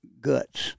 guts